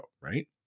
right